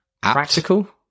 Practical